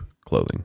clothing